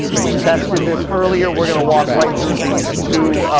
we tested this earlier. we're gonna walk right through these two